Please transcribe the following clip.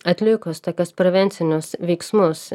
atlikus tokius prevencinius veiksmus